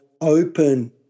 open